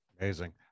Amazing